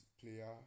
player